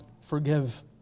forgive